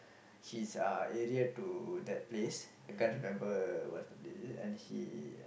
his uh area to that place I can't remember what's the place and he